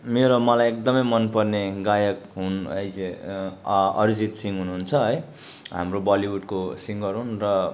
मलाई मेरो एकदमै मनपर्ने गायक हुन् ऐजे अ अरिजित सिंह हुनुहुन्छ है हाम्रो बलिउडको सिङ्गर हुन् र